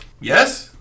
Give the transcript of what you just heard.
yes